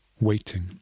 waiting